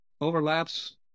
overlaps